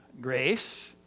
grace